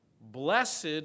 blessed